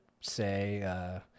say